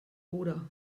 oder